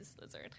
lizard